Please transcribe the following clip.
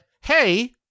hey